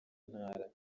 ntara